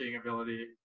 ability